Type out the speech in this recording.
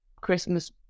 Christmas